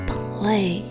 play